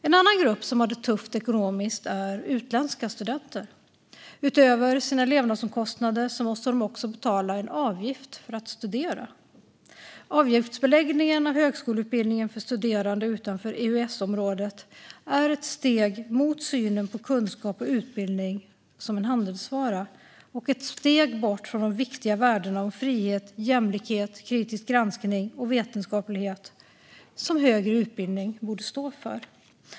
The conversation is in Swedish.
En annan grupp som har det tufft ekonomiskt är utländska studenter. Utöver sina levnadsomkostnader måste de betala en avgift för att studera. Avgiftsbeläggandet av högskoleutbildningen för studerande som kommer från länder utanför EES-området är ett steg mot synen på kunskap och utbildning som en handelsvara och ett steg bort från de viktiga värden om frihet, jämlikhet, kritisk granskning och vetenskaplighet som högre utbildning borde stå för.